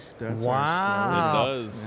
Wow